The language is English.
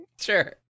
Sure